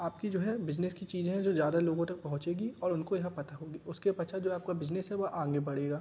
आपकी जो है बिजनेस की चीज़ हैं जो ज़्यादा लोगों तक पहंचेगी और उनको यह पता होगा उसके पश्चात जो आपका बिजनेस है वह आगे बढ़ेगा